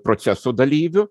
proceso dalyvių